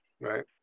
right